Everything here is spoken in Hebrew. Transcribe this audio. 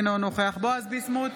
אינו נוכח בועז ביסמוט,